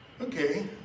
okay